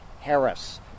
Harris